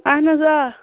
آہَن حظ آ